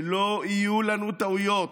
שלא יהיו לנו טעויות.